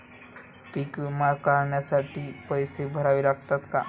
पीक विमा काढण्यासाठी पैसे भरावे लागतात का?